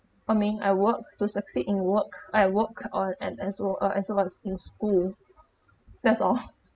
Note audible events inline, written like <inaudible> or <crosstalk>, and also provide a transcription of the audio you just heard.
I mean I work to succeed in work I work on and as or uh so what's in school that's all <laughs>